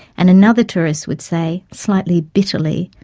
and another tourist would say, slightly bitterly,